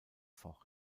fort